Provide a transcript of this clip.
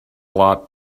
lot